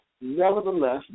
Nevertheless